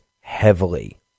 heavily